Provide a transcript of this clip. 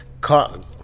caught